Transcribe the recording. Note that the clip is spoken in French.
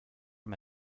m’a